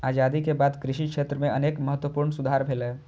आजादी के बाद कृषि क्षेत्र मे अनेक महत्वपूर्ण सुधार भेलैए